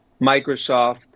Microsoft